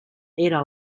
era